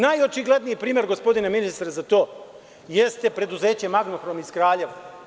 Najočigledniji primer gospodine ministre za to, jeste preduzeće „Magnohrom“ iz Kraljeva.